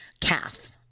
calf